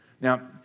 Now